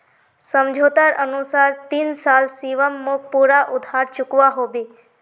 समझोतार अनुसार तीन साल शिवम मोक पूरा उधार चुकवा होबे